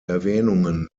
erwähnungen